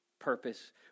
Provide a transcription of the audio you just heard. purpose